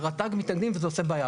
רט"ג מתנגדים וזה עושה בעיה.